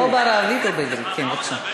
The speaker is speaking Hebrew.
בבקשה, או בערבית או בעברית, כן, בבקשה.